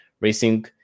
racing